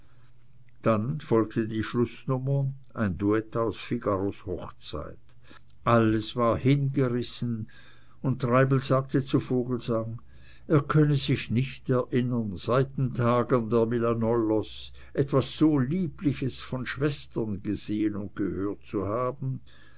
dann folgte die schlußnummer ein duett aus figaros hochzeit alles war hingerissen und treibel sagte zu vogelsang er könne sich nicht erinnern seit den tagen der milanollos etwas so liebliches von schwestern gesehen und gehört zu haben